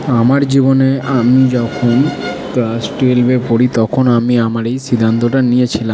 আমার জীবনে আমি যখন ক্লাস টুয়েলভে পড়ি তখন আমি আমার এই সিদ্ধান্তটা নিয়েছিলাম